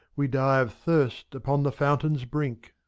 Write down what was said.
we die of thirst upon the fountain's brink.